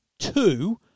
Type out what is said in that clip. Two